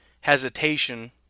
hesitation